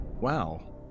wow